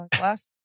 last